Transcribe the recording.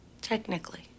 Technically